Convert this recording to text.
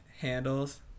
handles